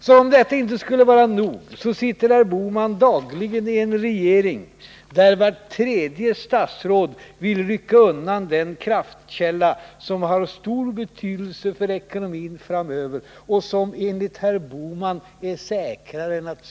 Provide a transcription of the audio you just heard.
Som om detta inte skulle vara nog sitter herr Bohman dagligen i en regering där vart tredje statsråd vill rycka undan den kraftkälla som har stor betydelse för ekonomin framöver och som enligt herr Bohman är säkrare än cykling.